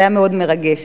זה היה מאוד מרגש.